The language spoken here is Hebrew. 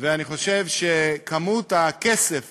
ואני חושב שכמות הכסף